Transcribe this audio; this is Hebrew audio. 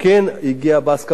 כן הגיעה בהסכמה,